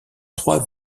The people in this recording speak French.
trois